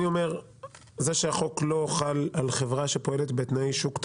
זה שהחוק לא חל על חברה שפועלת בתנאי שוק תחרותי,